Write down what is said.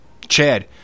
Chad